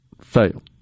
fail